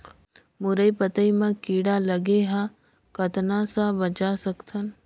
मुरई पतई म कीड़ा लगे ह कतना स बचा सकथन?